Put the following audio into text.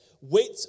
wait